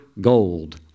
gold